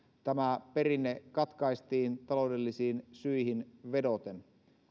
tämä perinne katkaistiin taloudellisiin syihin vedoten